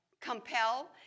compel